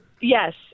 Yes